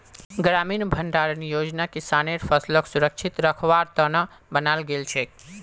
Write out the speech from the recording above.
ग्रामीण भंडारण योजना किसानेर फसलक सुरक्षित रखवार त न बनाल गेल छेक